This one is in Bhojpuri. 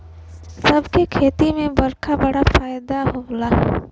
सब क खेती में बरखा बड़ी फायदा होला